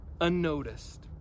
unnoticed